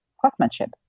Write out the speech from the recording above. craftsmanship